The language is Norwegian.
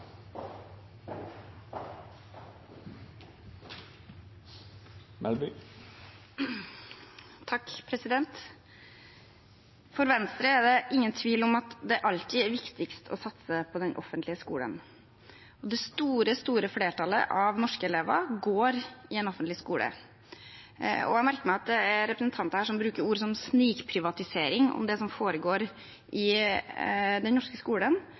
For Venstre er det ingen tvil om at det alltid er viktigst å satse på den offentlige skolen, og det store, store flertallet av norske elever går i en offentlig skole. Jeg merker meg at det er representanter her som bruker ord som «snikprivatisering» om det som foregår i den norske skolen.